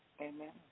Amen